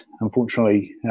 unfortunately